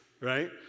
right